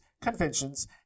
conventions